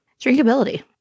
drinkability